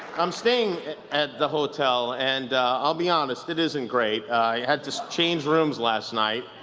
i'm staying at the hotel, and i'll be honest. it isn't great. i had to change rooms last night,